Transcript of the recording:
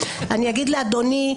אדוני,